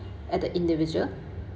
at the individual